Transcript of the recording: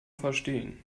verstehen